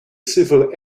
civil